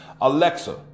Alexa